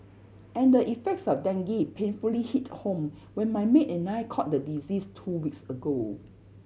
and the effects of dengue painfully hit home when my maid and I caught the disease two weeks ago